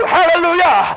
Hallelujah